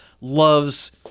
loves